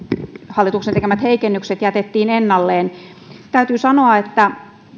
hallituksen tekemät heikennykset jätettiin ennalleen täytyy sanoa että